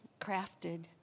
crafted